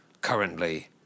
currently